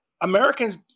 Americans